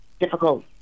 difficult